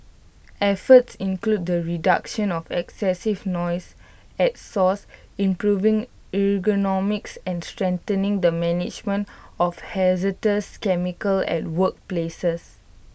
efforts include the reduction of excessive noise at source improving ergonomics and strengthening the management of hazardous chemicals at workplaces